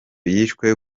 yishwe